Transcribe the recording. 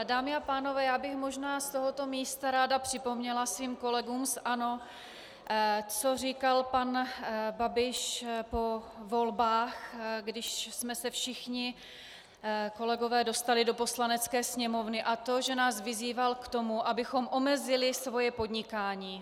Dámy a pánové, já bych možná z tohoto místa ráda připomněla svým kolegům z ANO, co říkal pan Babiš po volbách, když jsme se všichni kolegové dostali do Poslanecké sněmovny, a to že nás vyzýval k tomu, abychom omezili svoje podnikání.